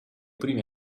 primi